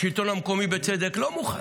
השלטון המקומי, בצדק, לא מוכן.